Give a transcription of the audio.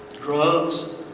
drugs